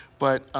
but